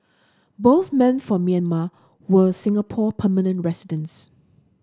both men from Myanmar were Singapore permanent residents